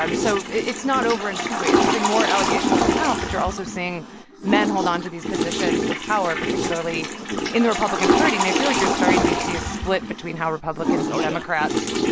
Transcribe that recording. um so it's not over in two ways. we're seeing more allegations come out, but you're also seeing men hold onto these positions of power, particularly in the republican party. and i feel like you're starting to see a split between how republicans and democrats.